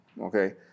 Okay